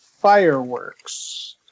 fireworks